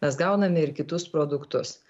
mes gauname ir kitus produktus